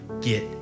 get